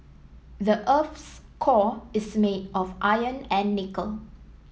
the earth's core is made of iron and nickel